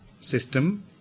system